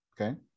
Okay